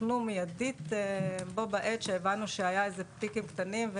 שתוקנו מיידית בו בעת שהבנו שהיו איזה פיקים קטנים,